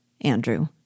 Andrew